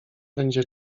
będzie